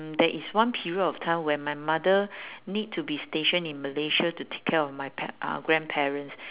there is one period of time where my mother need to be stationed in malaysia to take care of my pa~ uh grandparents